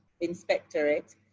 Inspectorate